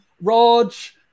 Raj